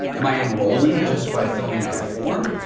am i enrolling just by filling out a form?